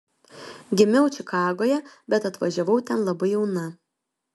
gimiau čikagoje bet atvažiavau ten labai jauna